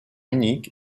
unique